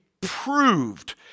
proved